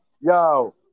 yo